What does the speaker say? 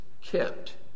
kept